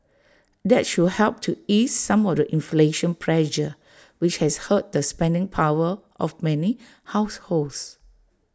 that should help to ease some of the inflation pressure which has hurt the spending power of many households